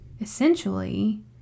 essentially